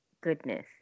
Goodness